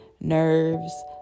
nerves